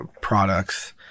products